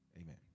Amen